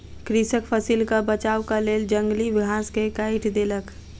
कृषक फसिलक बचावक लेल जंगली घास के काइट देलक